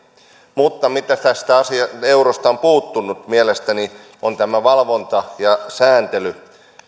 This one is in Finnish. mutta se mitä tästä eurosta on puuttunut mielestäni on tämä valvonta ja sääntely